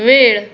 वेळ